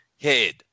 head